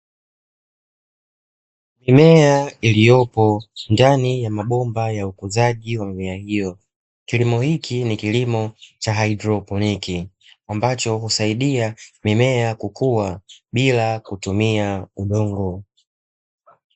Mimea iliyopo ndani ya mabomba ya ukuzaji wa mimea hiyo. Kilimo hiki ni kilimo cha haidroponi, ambacho husaidia mimea kukua bila kutumia udongo.